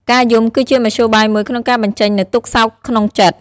ការយំគឺជាមធ្យោបាយមួយក្នុងការបញ្ចេញនូវទុក្ខសោកក្នុងចិត្ត។